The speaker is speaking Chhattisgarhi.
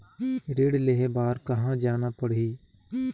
ऋण लेहे बार कहा जाना पड़ही?